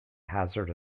hazard